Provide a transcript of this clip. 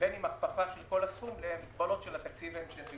ובין אם הכפפה של כל הסכום למגבלות של התקציב ההמשכי.